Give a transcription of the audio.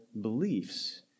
beliefs